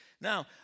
Now